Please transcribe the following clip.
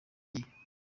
gihe